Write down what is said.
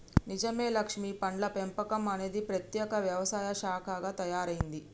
నిజమే లక్ష్మీ పండ్ల పెంపకం అనేది ప్రత్యేక వ్యవసాయ శాఖగా తయారైంది